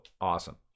awesome